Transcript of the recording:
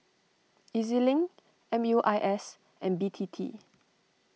E Z Link M U I S and B T T